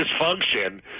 dysfunction